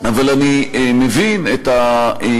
אבל אני מבין את הצורך,